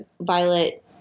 violet